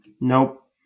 Nope